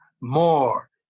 more